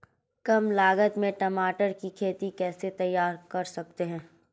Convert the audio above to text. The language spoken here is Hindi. कम लागत में टमाटर की खेती कैसे तैयार कर सकते हैं?